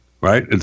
right